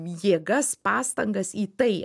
jėgas pastangas į tai